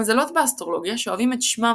המזלות באסטרולוגיה שואבים את שמם